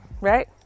right